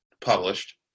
published